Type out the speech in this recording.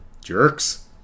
Jerks